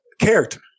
character